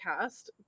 cast